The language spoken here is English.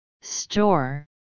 store